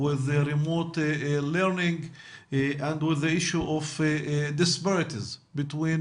על הלמידה מרחוק והפערים הקיימים בין